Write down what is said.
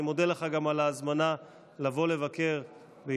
אני מודה לך גם על ההזמנה לבוא לבקר באיטליה.